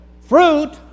Fruit